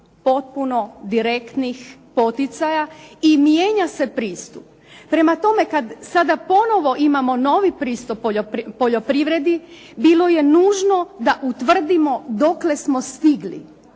potpuno direktnih poticaja i mijenja se pristup. Prema tome, kad sada ponovo imamo novi pristup poljoprivredi bilo je nužno da utvrdimo dokle smo stigli,